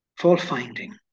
Fault-finding